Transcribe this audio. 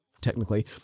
Technically